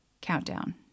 countdown